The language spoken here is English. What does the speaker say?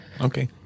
Okay